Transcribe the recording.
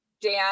Dan